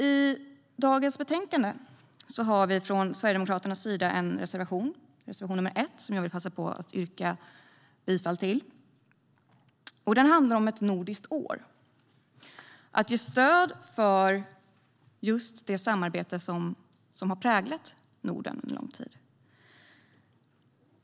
I det betänkande som vi debatterar i dag har Sverigedemokraterna en reservation, reservation nr 1, som jag vill passa på att yrka bifall till. Den handlar om att fira ett nordiskt år, för att ge stöd för just det samarbete som har präglat Norden under lång tid.